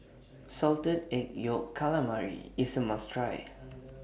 Salted Egg Yolk Calamari IS A must Try